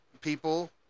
people